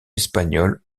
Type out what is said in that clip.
espagnol